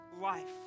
life